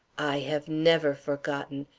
i have never forgotten,